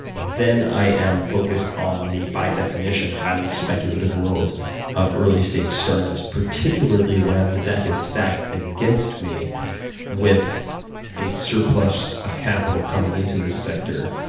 then i am focused on the, by definition, highly speculative world of early stage startups, particularly when the deck is stacked against me with a surplus of capital coming into this sector.